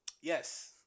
Yes